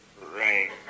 Right